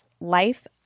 Life